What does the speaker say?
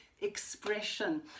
expression